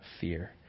fear